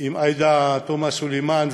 עאידה תומא סלימאן,